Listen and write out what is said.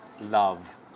Love